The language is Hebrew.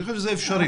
אני חושב שזה אפשרי.